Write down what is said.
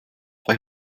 bei